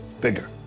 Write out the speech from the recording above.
bigger